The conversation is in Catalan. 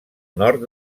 nord